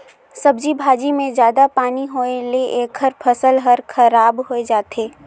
सब्जी भाजी मे जादा पानी होए ले एखर फसल हर खराब होए जाथे